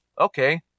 Okay